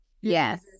Yes